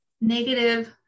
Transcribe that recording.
Negative